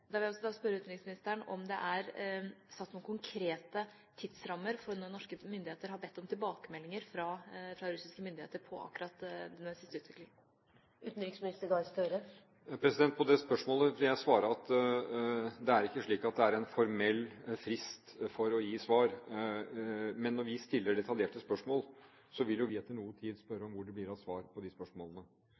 vil også da spørre utenriksministeren om det er satt noen konkrete tidsrammer for når norske myndigheter har bedt om tilbakemeldinger fra russiske myndigheter på akkurat denne siste utviklingen. På det spørsmålet vil jeg svare at det ikke er slik at det er en formell frist for å gi svar, men når vi stiller detaljerte spørsmål, vil vi jo etter noe tid spørre om hvor det blir av svar på de spørsmålene.